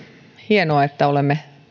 hienoa